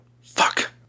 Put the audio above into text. fuck